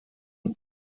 und